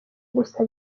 gusa